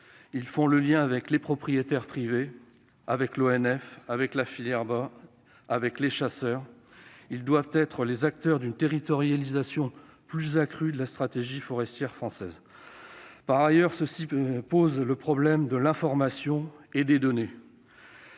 Ils font le lien avec les propriétaires privés, avec l'ONF, avec la filière bois, avec les chasseurs, et doivent être les acteurs d'une territorialisation accrue de la stratégie forestière française. Ce point pose, par ailleurs, le problème de l'information et des données.